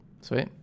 Sweet